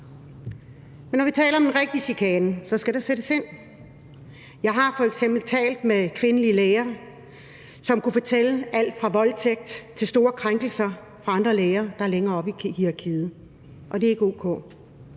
Men når vi taler om rigtig chikane, skal der sættes ind. Jeg har f.eks. talt med kvindelige læger, som kunne fortælle om alt fra store krænkelser til voldtægt begået af andre læger, der er længere oppe i hierarkiet, og det er ikke o.k.